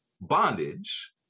bondage